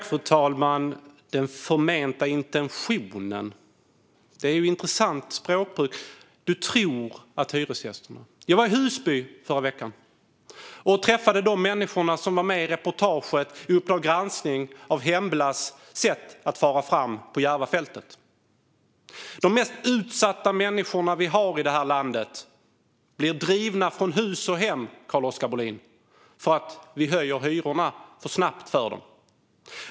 Fru talman! Det är ett intressant språkbruk: den förmenta intentionen. Du tror om hyresgästerna. Jag var i Husby i förra veckan och träffade de människor som var med i Uppdrag granskning , i reportaget om Hemblas sätt att fara fram på Järvafältet. De mest utsatta människorna i det här landet blir drivna från hus och hem, Carl-Oskar Bohlin, för att vi höjer hyrorna för snabbt för dem.